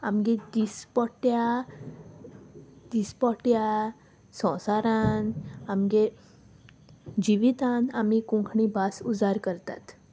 आमगे दिसपोट्या दिसपोट्या संवसारान आमगे जिवितान आमी कोंकणी भास उजार करतात